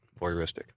voyeuristic